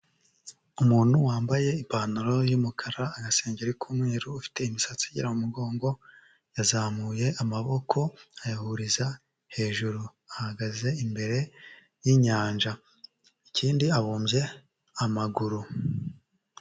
Umuntu wambaye ipantaro y'umukara, agasengeri k'umweru, ufite imisatsi igera mu mugongo, yazamuye amaboko ayahuriza hejuru, ahagaze imbere y'inyanja, ikindi abumbye amaguru.